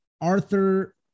Arthur